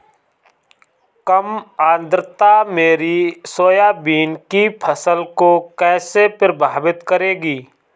कम आर्द्रता मेरी सोयाबीन की फसल को कैसे प्रभावित करेगी?